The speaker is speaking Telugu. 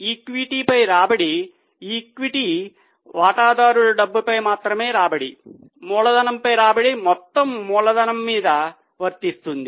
ఈక్విటీపై రాబడి ఈక్విటీ వాటాదారుల డబ్బుపై మాత్రమే రాబడి మూలధనంపై రాబడి మొత్తం మూలధనంమీద వర్తిస్తుంది